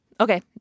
okay